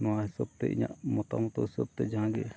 ᱱᱚᱣᱟ ᱦᱤᱥᱟᱹᱵᱽᱛᱮ ᱤᱧᱟᱹᱜ ᱢᱚᱛᱟᱢᱚᱛ ᱦᱤᱥᱟᱹᱵᱽ ᱛᱮ ᱡᱟᱦᱟᱸ ᱜᱮ